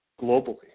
globally